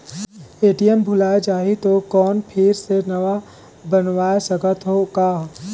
ATM भुलाये जाही तो कौन फिर से नवा बनवाय सकत हो का?